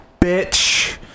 bitch